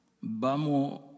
Vamos